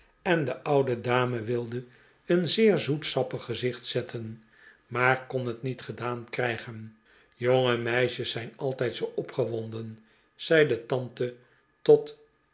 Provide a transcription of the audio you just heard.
en de oude dame wilde een zeer zoetsappig gezicht zetten maar kon het niet gedaan krijgen jonge meisjes zijn altijd zoo opgewonden zei de tante tot